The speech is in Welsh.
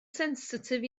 sensitif